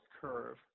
curve